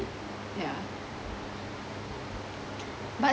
yeah but